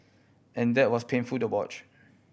and that was painful to watch